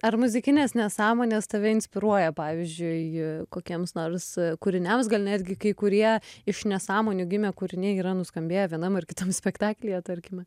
ar muzikines nesąmones tave inspiruoja pavyzdžiui kokiems nors kūriniams gal netgi kai kurie iš nesąmonių gimę kūriniai yra nuskambėję vienam ar kitam spektaklyje tarkime